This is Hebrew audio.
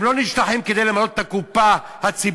הם לא נשלחים כדי למלא את הקופה הציבורית,